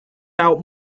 out